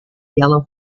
yellow